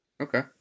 Okay